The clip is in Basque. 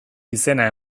izena